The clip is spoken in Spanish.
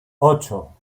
ocho